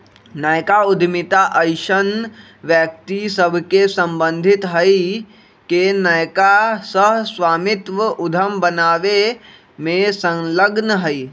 नयका उद्यमिता अइसन्न व्यक्ति सभसे सम्बंधित हइ के नयका सह स्वामित्व उद्यम बनाबे में संलग्न हइ